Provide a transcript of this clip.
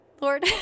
Lord